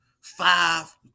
Five